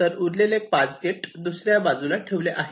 तर उरलेले पाच गेट दुसऱ्या बाजूला ठेवले आहेत